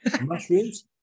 mushrooms